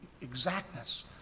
exactness